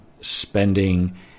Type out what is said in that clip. spending